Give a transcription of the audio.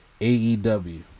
AEW